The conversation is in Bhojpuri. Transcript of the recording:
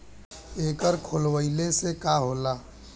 एकर खोलवाइले से का होला?